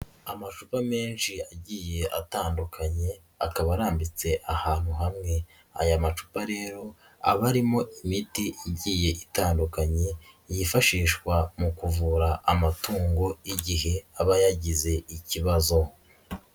Amacupa menshi agiye atandukanye akaba arambitse ahantu hamwe. Aya macupa rero aba arimo imiti igiye itandukanye, yifashishwa mu kuvura amatungo igihe aba yagize ikibazo.